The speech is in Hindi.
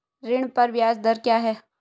ऋण पर ब्याज दर क्या है?